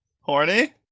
Horny